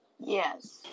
Yes